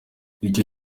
icyo